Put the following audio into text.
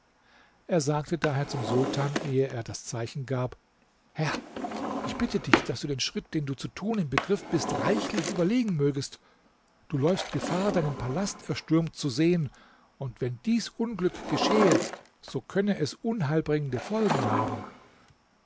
er sagte daher zum sultan ehe er das zeichen gab herr ich bitte dich daß du den schritt den du zu tun im begriff bist reiflich überlegen mögest du läufst gefahr deinen palast erstürmt zu sehen und wenn dies unglück geschehe so könne es unheilbringende folgen haben